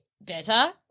better